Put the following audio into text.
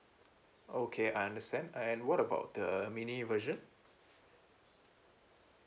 okay I understand and what about the mini version